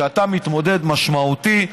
שאתה מתמודד משמעותי,